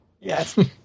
Yes